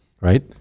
right